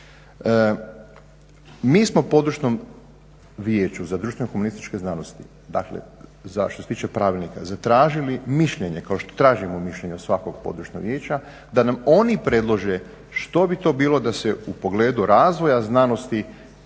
Mi smo područnom Vijeću za društveno-humanističke znanosti, dakle što se tiče Pravilnika zatražili mišljenje kao što tražimo mišljenje od svakog područnog Vijeća da nam oni predlože što bi to bilo da se u pogledu razvoja znanosti